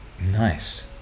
Nice